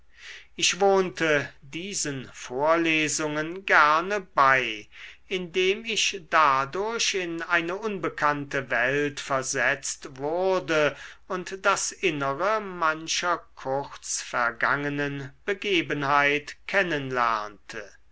ich wohnte diesen vorlesungen gerne bei indem ich dadurch in eine unbekannte welt versetzt wurde und das innere mancher kurz vergangenen begebenheit